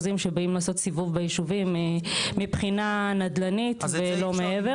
שבאים לעשות סיבוב בישובים מבחינה נדל"נית ולא מעבר.